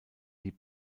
die